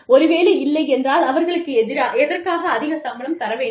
ஒருவேளை இல்லை என்றால் அவர்களுக்கு எதற்காக அதிக சம்பளம் தர வேண்டும்